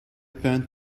burned